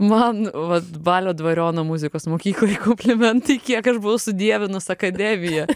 man vat balio dvariono muzikos mokyklai komplimentai kiek aš buvau sudievinus akademiją